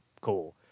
cool